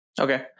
okay